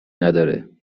نداره